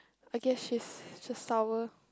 I guess she's just sour